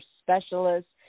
specialists